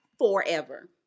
forever